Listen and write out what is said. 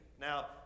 now